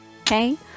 okay